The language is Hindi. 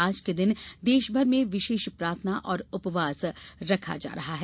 आज के दिन देशभर में विशेष प्रार्थना और उपवास रखा जा रहा है